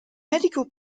medical